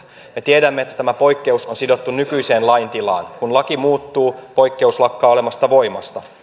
me tiedämme että tämä poikkeus on sidottu nykyiseen laintilaan kun laki muuttuu poikkeus lakkaa olemasta voimassa